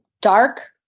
dark